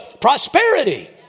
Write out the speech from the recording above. prosperity